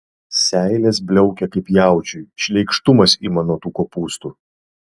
seilės bliaukia kaip jaučiui šleikštumas ima nuo tų kopūstų